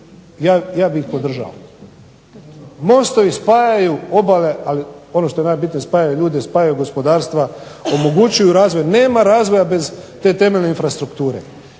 ja bi ih podržao. Mostovi spajaju obale, ali ono što je najbitnije spajaju ljude, spajaju gospodarstva, omogućuju razvoj. Nema razvoja bez te temeljne infrastrukture.